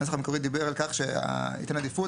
הנוסח המקורי דיבר על כך שייתן עדיפות